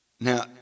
Now